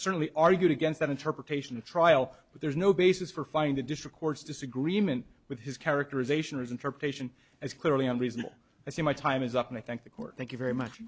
certainly argued against that interpretation of trial but there's no basis for find additional court's disagreement with his characterization his interpretation as clearly unreasonable i see my time is up and i thank the court thank you very much